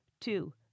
Two